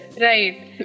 right